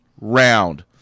Round